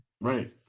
Right